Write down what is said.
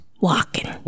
walking